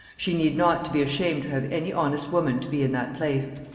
she need not to be ashamed to have any honest woman to be in that place.